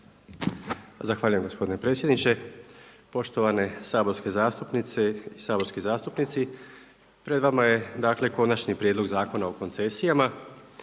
Zahvaljujem gospodine predsjedniče. Poštovane saborske zastupnice i saborski zastupnici, pred vama je konačni prijedlog Zakona o koncesijama.